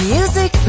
Music